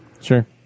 Sure